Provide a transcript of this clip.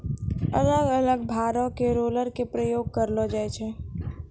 अलग अलग भारो के रोलर के प्रयोग करलो जाय छै